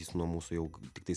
jis nuo mūsų jau tiktais